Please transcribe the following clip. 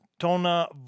Tona